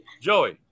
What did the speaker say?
Joey